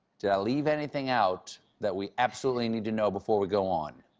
did i leave anything out that we absolutely need to know before we go on?